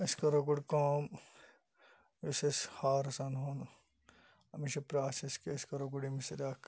أسۍ کَرو گۄڈٕ کٲم یُس أسۍ ہارٕس اَنہون أمِس چھُ پروسیٚس کہِ أسۍ کَرَو گۄڈٕ أمِس سۭتۍ اکھ